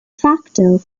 facto